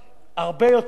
השכר הממוצע?